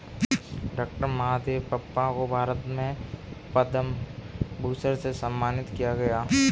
doctor Mahadevappa को भारत में पद्म भूषण से सम्मानित किया गया है